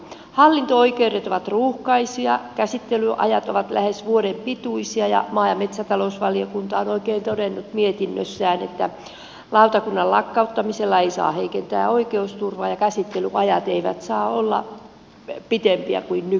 hallinto oikeudet ovat ruuhkaisia käsittelyajat ovat lähes vuoden pituisia ja maa ja metsätalousvaliokunta on oikein todennut mietinnössään että lautakunnan lakkauttamisella ei saa heikentää oikeusturvaa ja käsittelyajat eivät saa olla pitempiä kuin nykyisin